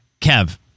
Kev